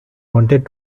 wanted